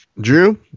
Drew